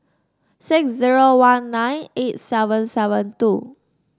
six zero one nine eight seven seven two